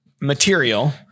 material